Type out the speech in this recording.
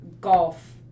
golf